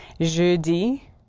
Jeudi